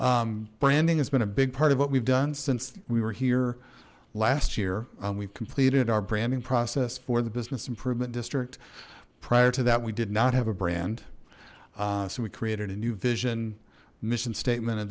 branding has been a big part of what we've done since we were here last year we've completed our branding process for the business improvement district prior to that we did not have a brand so we created a new vision mission statement and